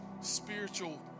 spiritual